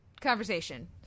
conversation